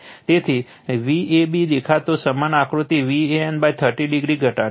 તેથી Vab દેખાતો સમાન આકૃતિ Van30o ઘટાડશે